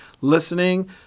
listening